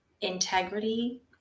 integrity